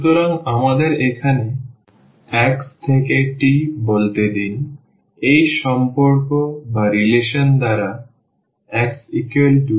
সুতরাং আমাদের এখানে x থেকে t বলতে দিন এই সম্পর্ক দ্বারা xg